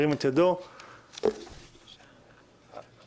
הצבעה בעד,